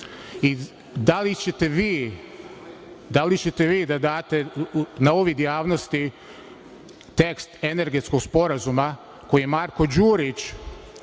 i da li ćete vi da date na uvid javnosti tekst energetskog sporazuma koji je Marko Đurić